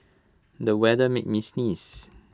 the weather made me sneeze